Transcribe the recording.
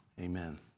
amen